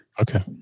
Okay